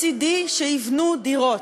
מצדי שיבנו דירות,